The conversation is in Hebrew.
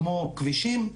כמו כבישים,